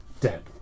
dead